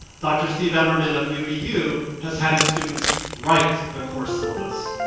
doctor steve emerman of uvu has had his students write the course syllabus.